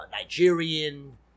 Nigerian